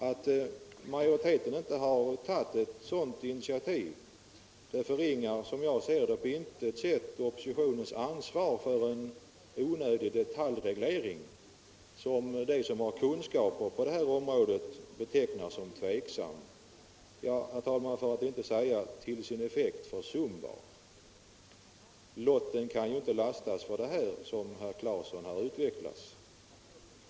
Att majoriteten inte har tagit ett sådant initiativ minskar, som jag ser det, på intet sätt oppositionens ansvar för en onödig detaljreglering som de som har kunskaper på det här området betecknar som tveksam, för att inte säga till sin effekt försumbar. Lotten kan ju inte lastas för det här vilket redan herr Claeson har utvecklat.